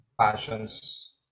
Passions